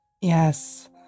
Yes